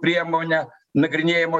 priemonę nagrinėjimo